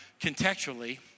contextually